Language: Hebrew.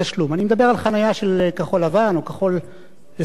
אני מדבר על חנייה של כחול-לבן או כחול לסירוגין,